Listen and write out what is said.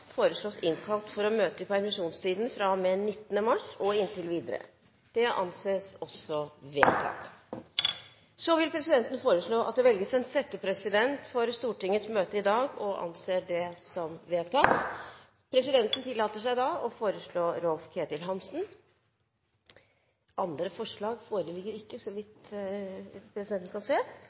Kalland, innkalles for å møte i permisjonstiden fra og med 19. mars og inntil videre. Presidenten vil foreslå at det velges en settepresident for Stortingets møte i dag – og anser det som vedtatt. Presidenten foreslår Geir-Ketil Hansen. – Andre forslag foreligger ikke,